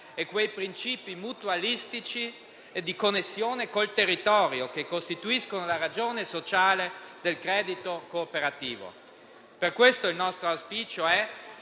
e quei principi mutualistici e di connessione col territorio, che costituiscono la ragione sociale del credito cooperativo. Per questo il nostro auspicio è